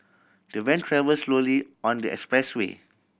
the van travel slowly on the expressway